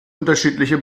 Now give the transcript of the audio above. unterschiedliche